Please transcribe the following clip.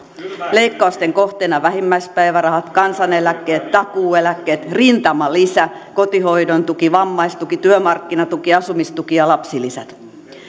leikkausten kohteena ovat vähimmäispäivärahat kansaneläkkeet takuueläkkeet rintamalisä kotihoidon tuki vammaistuki työmarkkinatuki asumistuki ja lapsilisät